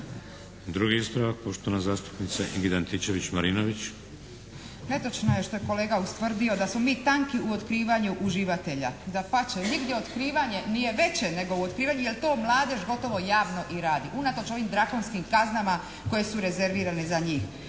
Drugi ispravak, poštovana zastupnica Ingrid Antičević-Marinović. **Antičević Marinović, Ingrid (SDP)** Netočno je što je kolega ustvrdio da smo mi tanki u otkrivanju uživatelja. Dapače, nigdje otkrivanje nije veće nego u otkrivanju jer to mladež gotovo javno i radi. Unatoč ovim drakonskim kaznama koje su rezervirane za njih.